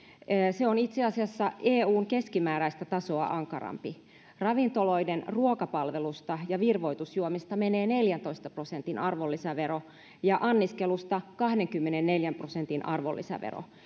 se on itse asiassa eun keskimääräistä tasoa ankarampi ravintoloiden ruokapalvelusta ja virvoitusjuomista menee neljäntoista prosentin arvonlisävero ja anniskelusta kahdenkymmenenneljän prosentin arvonlisävero